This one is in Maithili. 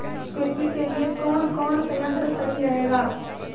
खेती के लिए कौन कौन संयंत्र सही रहेगा?